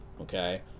Okay